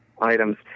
items